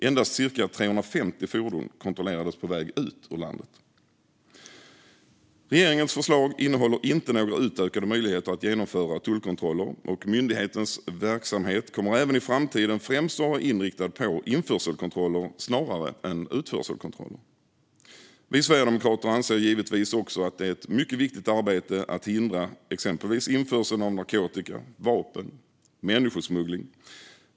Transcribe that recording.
Endast cirka 350 fordon kontrollerades på väg ut ur landet. Regeringens förslag innehåller inte några utökade möjligheter att genomföra tullkontroller, och myndighetens verksamhet kommer även i framtiden främst att vara inriktad på införselkontroller snarare än utförselkontroller. Vi sverigedemokrater anser givetvis också att det är ett mycket viktigt arbete att hindra exempelvis införseln av narkotika och vapen samt människosmuggling.